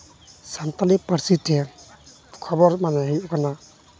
ᱥᱟᱱᱛᱟᱞᱤ ᱯᱟᱹᱨᱥᱤᱛᱮ ᱠᱷᱚᱵᱚᱨ ᱢᱟᱱᱮ ᱦᱩᱭᱩᱜ ᱠᱟᱱᱟ